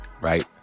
Right